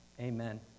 amen